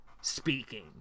speaking